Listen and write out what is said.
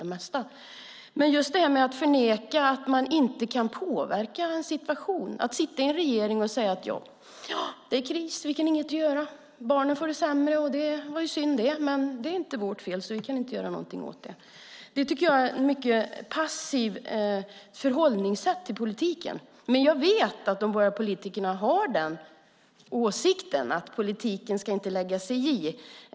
Jag tycker att det är ett passivt förhållningssätt av en regering att förneka att man kan påverka en situation och säga: Det är kris. Vi kan inget göra. Barnen får det sämre och det är synd, men det är inte vårt fel så det kan vi inte göra något åt. Jag vet att borgerliga politiker har åsikten att politiken inte ska lägga sig i.